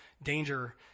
danger